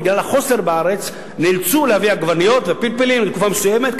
בגלל החוסר בארץ נאלצו להביא עגבניות ופלפלים לתקופה מסוימת,